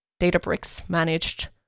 Databricks-managed